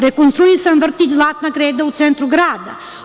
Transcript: Rekonstruisan je vrtić „Zlatna kreda“ u centru grada.